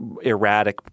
erratic